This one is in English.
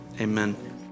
amen